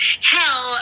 hell